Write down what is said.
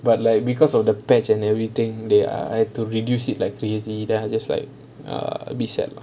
but like because of the patch and everything they are I have to reduce to like a crazy then I was like err a but sad ah